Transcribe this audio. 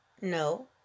No